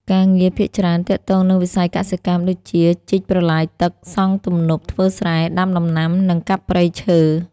ការងារភាគច្រើនទាក់ទងនឹងវិស័យកសិកម្ម ដូចជា ជីកប្រឡាយទឹក សង់ទំនប់ ធ្វើស្រែ ដាំដំណាំ និង កាប់ព្រៃឈើ។